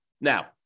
Now